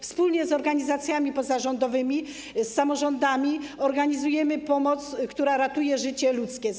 Wspólnie z organizacjami pozarządowymi, z samorządami organizujemy pomoc, która ratuje ludzkie życie.